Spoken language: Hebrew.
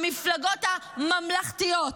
נתניהו.